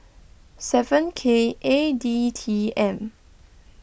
seven K eight D T M